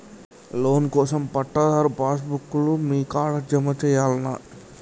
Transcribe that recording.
Loan కోసం పట్టాదారు passbook లు మీ కాడా జమ చేయల్నా?